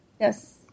Yes